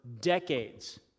decades